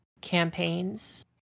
campaigns